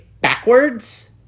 backwards